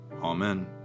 Amen